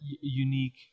unique